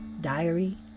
Diary